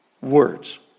words